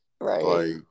Right